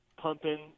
pumping